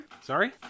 Sorry